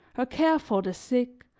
her care for the sick,